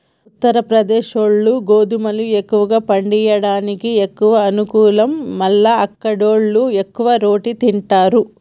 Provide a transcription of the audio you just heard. ఉత్తరప్రదేశ్లో గోధుమలు ఎక్కువ పండియడానికి ఎక్కువ అనుకూలం మల్ల అక్కడివాళ్లు ఎక్కువ రోటి తింటారు